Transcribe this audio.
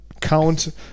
count